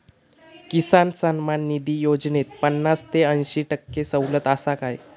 किसान सन्मान निधी योजनेत पन्नास ते अंयशी टक्के सवलत आसा काय?